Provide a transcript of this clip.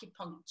acupuncture